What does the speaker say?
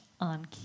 on